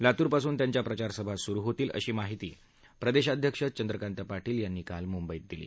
लातूर पासून त्यांच्या प्रचारसभा सुरू होणार असल्याची माहिती प्रदेशाध्यक्ष चंद्रकांत पाटील यांनी काल मुंबईत दिली